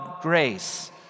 grace